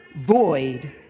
void